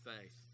faith